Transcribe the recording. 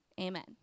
Amen